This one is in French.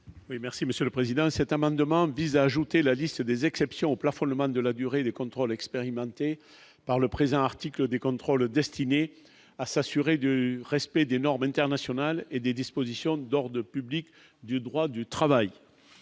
Monsieur le Président, cet amendement vise ajouter la liste des exceptions au plafonnement de la durée, les contrôles expérimentée par le présent article des contrôles destinés à s'assurer de respect des normes internationales et des dispositions d'or de public du droit du travail,